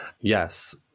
Yes